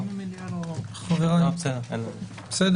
בסדר?